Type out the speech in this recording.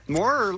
More